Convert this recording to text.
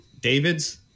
Davids